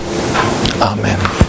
Amen